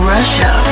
Russia